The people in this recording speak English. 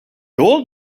old